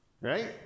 right